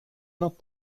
not